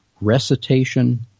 recitation